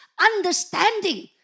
understanding